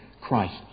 Christ